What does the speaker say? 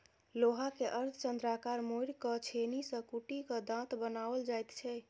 लोहा के अर्धचन्द्राकार मोड़ि क छेनी सॅ कुटि क दाँत बनाओल जाइत छै